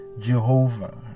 Jehovah